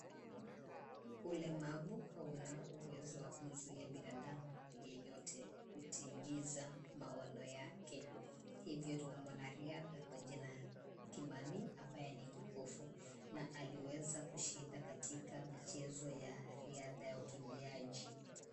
Ulemavu hauna uwezo wa kumzuia binadamu yeyote kutimiza maono yake. Hivyo tuna mwanariadha kwa jina Kimani, ambaye ni kipofu na aliweza kushinda katika michezo ya riadha ya ukimbiaji.